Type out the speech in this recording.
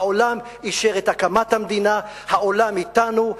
העולם אישר את הקמת המדינה, העולם אתנו.